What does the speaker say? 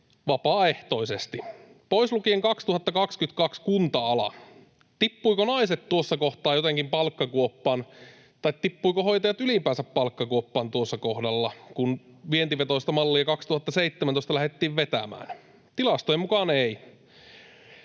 vapaaehtoisesti pois lukien kunta-ala vuonna 2022. Tippuivatko naiset tuossa kohtaa jotenkin palkkakuoppaan tai tippuivatko hoitajat ylipäänsä palkkakuoppaan tuossa kohtaa, kun vientivetoista mallia vuonna 2017 lähdettiin vetämään? Tilastojen mukaan eivät.